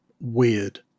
weird